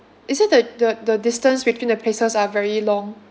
is it the the the distance between the places are very long